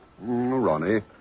Ronnie